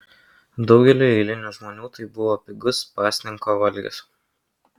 daugeliui eilinių žmonių tai buvo pigus pasninko valgis